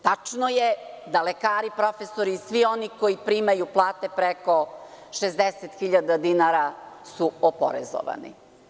Tačno je da lekari, profesori i svi oni koji primaju plate preko 60.000 dinara su oporezovani.